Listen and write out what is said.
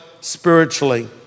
spiritually